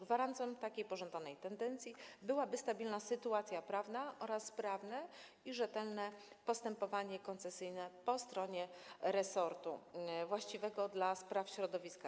Gwarancją takiej pożądanej tendencji byłyby stabilna sytuacja prawna oraz sprawne i rzetelne postępowanie koncesyjne po stronie resortu właściwego do spraw środowiska.